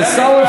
עיסאווי